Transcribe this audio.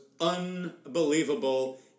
unbelievable